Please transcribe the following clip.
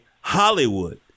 Hollywood